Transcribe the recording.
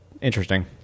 Interesting